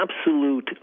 absolute